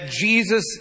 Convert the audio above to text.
Jesus